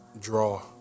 draw